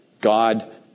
God